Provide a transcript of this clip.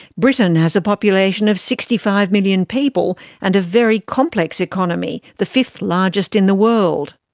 britain has a population of sixty five million people and a very complex economy, the fifth largest in the world.